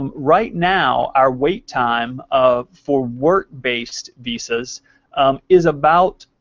um right now, our wait time um for work-based visas is about